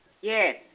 Yes